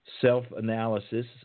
self-analysis